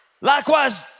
Likewise